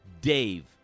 Dave